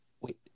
wait